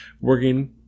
working